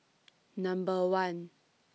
Number one